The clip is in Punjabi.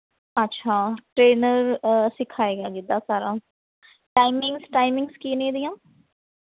ਅੱਛਾ ਟ੍ਰੇਨਰ ਸਿਖਾਏਗਾ ਗਿੱਧਾ ਸਾਰਾ ਟਾਈਮਿੰਗਸ ਟਾਈਮਿੰਗਸ ਕੀ ਨੇ ਇਹਦੀਆਂ